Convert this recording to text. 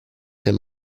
him